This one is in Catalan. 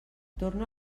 torna